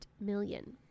million